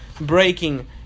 breaking